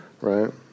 right